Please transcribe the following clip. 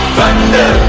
Thunder